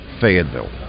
Fayetteville